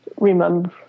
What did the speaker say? remember